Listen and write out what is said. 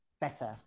better